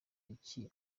iki